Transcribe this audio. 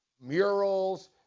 murals